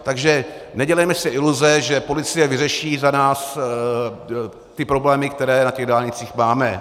Takže nedělejme si iluze, že policie vyřeší za nás ty problémy, které na těch dálnicích máme.